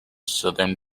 southern